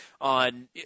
on